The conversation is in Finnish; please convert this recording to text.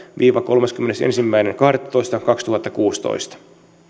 viiva kolmaskymmenesensimmäinen kahdettatoista kaksituhattakuusitoista